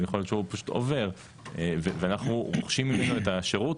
יכול להיות שהוא פשוט עובר ואנחנו רוכשים ממנו את השירות,